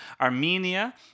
Armenia